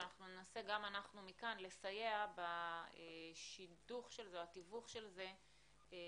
וננסה גם אנחנו מכאן לסייע בתיווך של זה לציבור.